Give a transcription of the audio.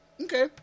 Okay